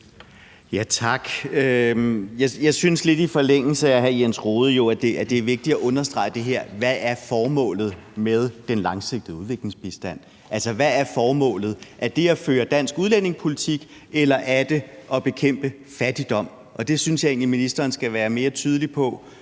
Tak. Jeg synes lidt i forlængelse af det, hr. Jens Rohde sagde, at det er vigtigt at fastslå, hvad formålet med den langsigtede udviklingsbistand er. Altså, hvad er formålet? Er det at føre dansk udlændingepolitik, eller er det at bekæmpe fattigdom? Det synes jeg egentlig ministeren skal være mere tydelig med